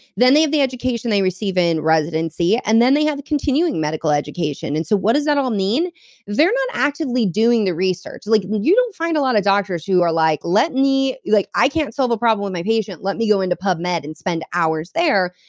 then they have the education they receive in residency, and then they have continuing medical education. and so what does that all mean? if they're not actively doing the research. like you don't find a lot of doctors who are like, let me. like i can't solve a problem with my patient, let me go into pubmed and spend hours there.